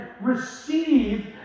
receive